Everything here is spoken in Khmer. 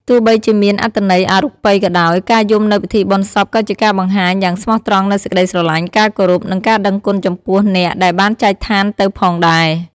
ទោះបីជាមានអត្ថន័យអរូបិយក៏ដោយ ការយំនៅពិធីបុណ្យសពក៏ជាការបង្ហាញយ៉ាងស្មោះត្រង់នូវសេចក្តីស្រឡាញ់ ការគោរព និងការដឹងគុណចំពោះអ្នកដែលបានចែកឋានទៅផងដែរ។